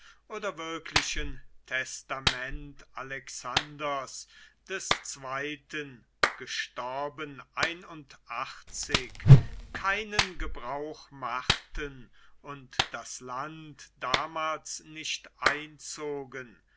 oder wirklichen testament alexanders des zweiten keinen gebrauch machten und das land damals nicht einzogen